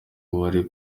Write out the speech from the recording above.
bari